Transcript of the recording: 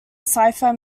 cipher